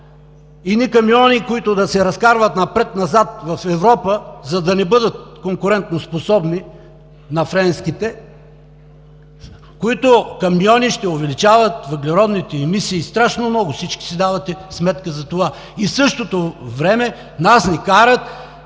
Едни камиони, които да се разкарват напред, назад в Европа, за да не бъдат конкурентоспособни на френските, които камиони ще увеличават въглеродните емисии страшно много – всички си давате сметка за това, и в същото време нас ни карат